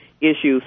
issues